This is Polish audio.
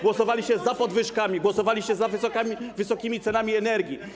Głosowaliście za podwyżkami, głosowaliście za wysokimi cenami energii.